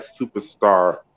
superstar